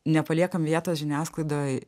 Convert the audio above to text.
nepaliekam vietos žiniasklaidoj